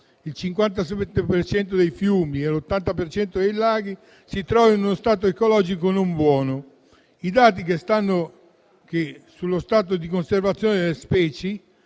cento dei fiumi e l'80 per cento dei laghi si trovano in uno stato ecologico non buono. I dati sullo stato di conservazione delle specie